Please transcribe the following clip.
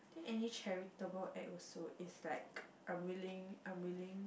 any charitable act also if like I'm willing I'm willing